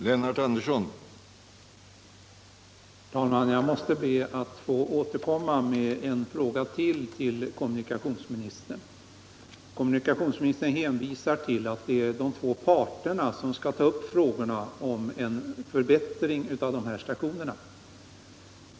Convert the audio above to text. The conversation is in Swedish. Herr talman! Jag måste återkomma med ytterligare en fråga till kommunikationsministern. Kommunikationsministern hänvisar till att det är de två parterna som skall ta upp frågan om en förbättring av stationerna.